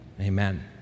Amen